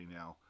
now